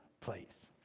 place